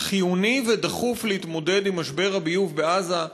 חיוני ודחוף להתמודד עם משבר הביוב בעזה,